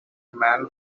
man